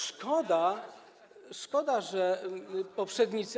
Szkoda, że poprzednicy.